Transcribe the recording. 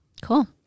cool